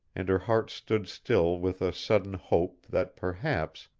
and her heart stood still with a sudden hope that perhaps,